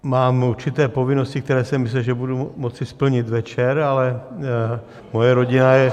Mám určité povinnosti, které jsem myslel, že budu moci splnit večer, ale moje rodina je...